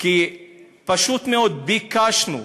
פשוט מאוד, ביקשנו,